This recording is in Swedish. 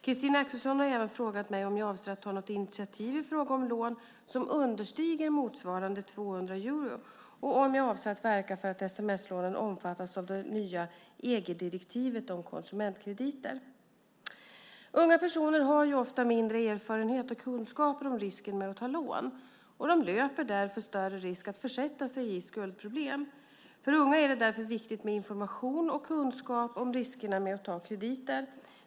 Christina Axelsson har även frågat mig om jag avser att ta något initiativ i fråga om lån som understiger motsvarande 200 euro och om jag avser att verka för att sms-lånen omfattas av det nya EG-direktivet om konsumentkrediter. Unga personer har ofta mindre erfarenhet och kunskap om risken med att ta lån, och de löper därför större risk att försätta sig i skuldproblem. För unga är det därför viktigt med information och kunskap om riskerna med att ta krediter.